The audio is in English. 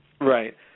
Right